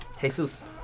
Jesus